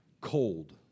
cold